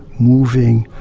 moving,